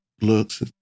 looks